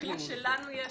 בכלים שלנו יש,